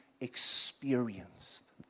experienced